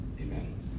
Amen